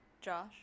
Josh